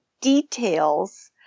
details